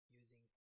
using